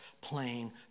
plain